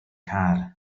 car